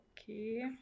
Okay